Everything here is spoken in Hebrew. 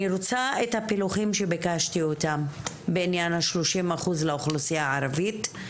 אני רוצה את הפילוחים שביקשתי בעניין השלושים אחוז לאוכלוסיה הערבית.